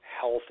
health